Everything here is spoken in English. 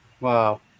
Wow